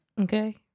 Okay